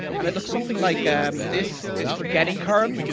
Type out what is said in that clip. and it looks something like um this this forgetting curve,